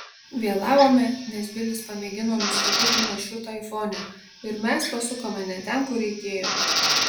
vėlavome nes bilis pamėgino nustatyti maršrutą aifone ir mes pasukome ne ten kur reikėjo